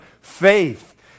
faith